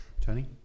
Tony